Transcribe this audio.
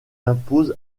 impose